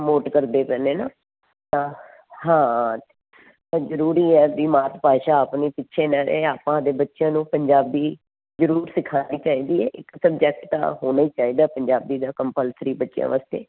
promote ਕਰਦੇ ਪਏ ਨੇ ਨਾ ਤਾਂ ਹਾਂ ਜ਼ਰੂਰੀ ਹੈ ਵੀ ਮਾਤ ਭਾਸ਼ਾ ਆਪਣੀ ਪਿੱਛੇ ਨਾ ਰਹੇ ਆਪਾਂ ਆਪਦੇ ਬੱਚਿਆਂ ਨੂੰ ਪੰਜਾਬੀ ਜ਼ਰੂਰ ਸਿਖਾਉਣੀ ਚਾਹੀਦੀ ਹੈ ਇੱਕ ਸਬਜੈਕਟ ਤਾਂ ਹੋਣਾ ਹੀ ਚਾਹੀਦਾ ਪੰਜਾਬੀ ਦਾ ਕੰਪਲਸਰੀ ਬੱਚਿਆਂ ਵਾਸਤੇ